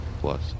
plus